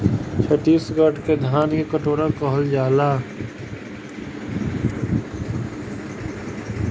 छतीसगढ़ के धान के कटोरा कहल जाला